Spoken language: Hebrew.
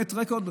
באמת רקורד.